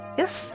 yes